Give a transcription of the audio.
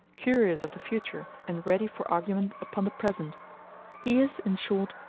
curious of the future, and ready for argument upon the present he is, in short,